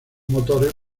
motores